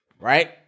right